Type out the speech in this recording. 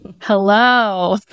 Hello